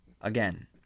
again